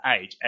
age